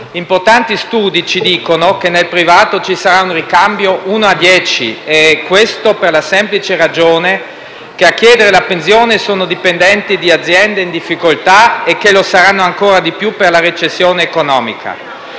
Importanti studi ci dicono che nel privato ci sarà un ricambio di uno a dieci e questo per la semplice ragione che a chiedere la pensione sono dipendenti di aziende in difficoltà e che lo saranno ancora di più per la recessione economica.